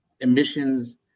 emissions